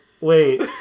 wait